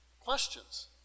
questions